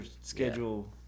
schedule